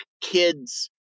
kids